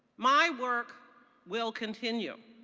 my work will continue.